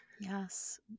Yes